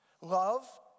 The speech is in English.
Love